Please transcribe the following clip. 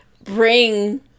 bring